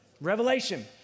Revelation